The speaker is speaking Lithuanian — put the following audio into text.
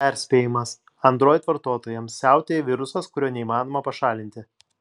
perspėjimas android vartotojams siautėja virusas kurio neįmanoma pašalinti